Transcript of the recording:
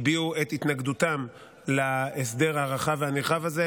הביעו את התנגדותם להסדר הרחב והנרחב הזה,